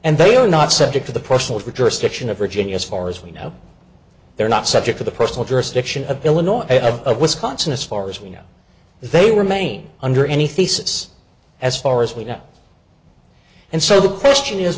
and they are not subject to the personal for jurisdiction of virginia as far as we know they're not subject to the personal jurisdiction of illinois of wisconsin as far as we know they remain under any thesis as far as we know and so the question is